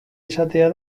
esatea